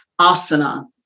asana